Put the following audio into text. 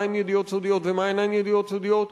מה הן ידיעות סודיות ומה אינן ידיעות סודיות,